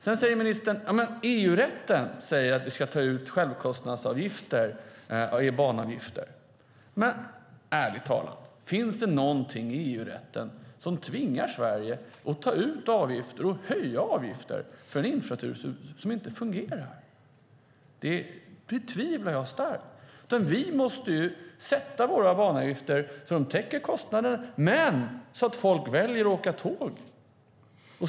Sedan säger ministern att EU-rätten säger att vi ska ta ut självkostnadsavgifter som banavgifter. Ärligt talat, finns det något i EU-rätten som tvingar Sverige att ta ut avgifter eller att höja avgifter för en infrastruktur som inte fungerar? Det betvivlar jag starkt. Vi måste sätta våra banavgifter så att de täcker kostnaderna men också så att folk väljer att åka tåg.